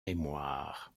mémoires